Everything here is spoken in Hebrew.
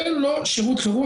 זה לא שירות חירום.